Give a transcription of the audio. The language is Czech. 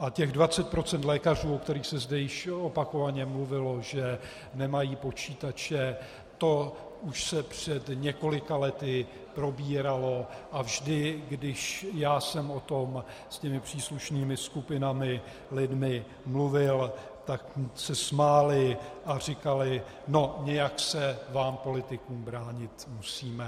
A těch 20 % lékařů, o kterých se zde již opakovaně mluvilo, že nemají počítače, to už se před několika lety probíralo a vždy, když já jsem o tom s těmi příslušnými skupinami, lidmi mluvil, tak se smáli a říkali: No, nějak se vám politikům bránit musíme.